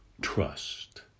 trust